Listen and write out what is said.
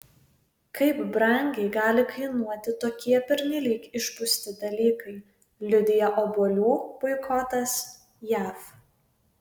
kaip brangiai gali kainuoti tokie pernelyg išpūsti dalykai liudija obuolių boikotas jav